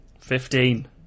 Fifteen